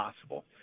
possible